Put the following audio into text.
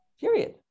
period